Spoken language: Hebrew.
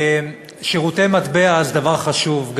שירותי מטבע זה דבר חשוב,